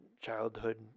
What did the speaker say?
childhood